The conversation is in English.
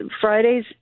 Fridays